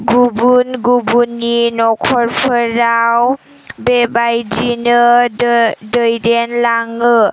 गुबुन गुबुननि नख'रफोराव बेबायदिनो दैदेनलाङो